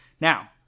now